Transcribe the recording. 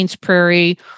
Prairie